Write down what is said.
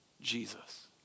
Jesus